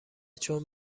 چون